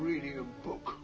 reading a book